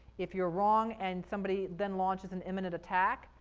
if you're wrong and somebody then launches an imminent attack,